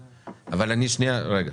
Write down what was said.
בסינגפור.